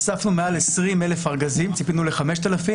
אספנו מעל 20,000 ארגזים כאשר ציפינו ל-5,000.